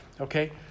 okay